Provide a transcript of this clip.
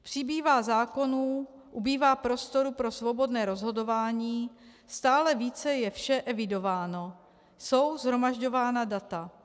Přibývá zákonů, ubývá prostoru pro svobodné rozhodování, stále více je vše evidováno, jsou shromažďována data.